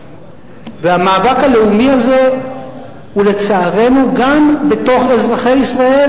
והמאבק הלאומי הזה הוא לצערנו גם בתוך אזרחי ישראל,